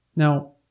Now